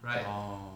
orh